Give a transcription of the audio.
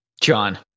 John